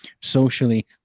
socially